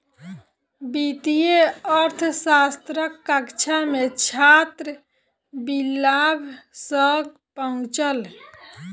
वित्तीय अर्थशास्त्रक कक्षा मे छात्र विलाभ सॅ पहुँचल